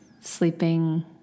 sleeping